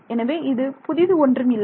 எனவே இது புதிது ஒன்றும் இல்லை